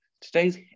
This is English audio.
Today's